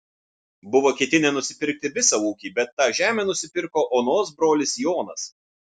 buvo ketinę nusipirkti visą ūkį bet tą žemę nusipirko onos brolis jonas